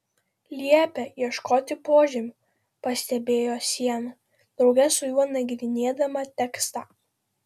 liepia ieškoti požemių pastebėjo siena drauge su juo nagrinėdama tekstą